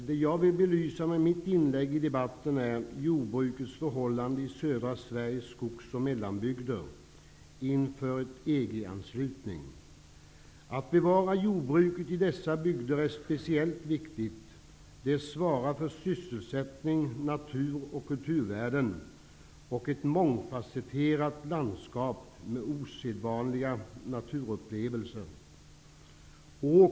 Fru talman! I mitt inlägg i debatten vill jag belysa jordbrukets förhållande i södra Sveriges skogs och mellanbygder inför en EG-anslutning. Det är speciellt viktigt att bevara jordbruket i dessa bygder. Det svarar för sysselsättning, natur och kulturvärden och ett mångfasetterat landkap med osedvanliga naturupplevelser.